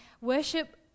worship